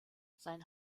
sein